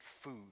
food